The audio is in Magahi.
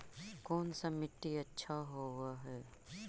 कोन सा मिट्टी अच्छा होबहय?